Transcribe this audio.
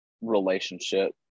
relationship